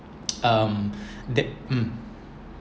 um that mm